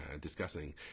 discussing